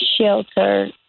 shelter